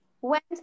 went